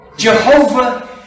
Jehovah